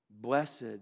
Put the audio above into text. Blessed